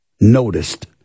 noticed